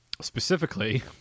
Specifically